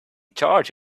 charge